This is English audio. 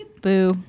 Boo